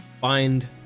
find